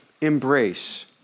embrace